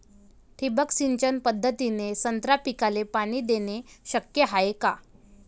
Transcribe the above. ठिबक सिंचन पद्धतीने संत्रा पिकाले पाणी देणे शक्य हाये का?